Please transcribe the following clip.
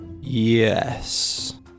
Yes